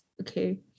Okay